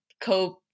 cope